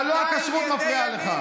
אבל לא הכשרות מפריעה לך.